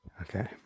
Okay